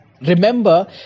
Remember